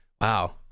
Wow